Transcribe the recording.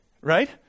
Right